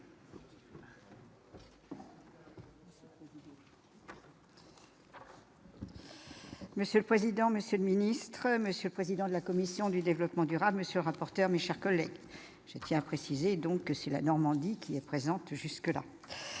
Monsieur le président, Monsieur le ministre Monsieur le président de la commission du développement durable, ce mais, chers collègues, je tiens à préciser donc si la Normandie qui est présente jusque-là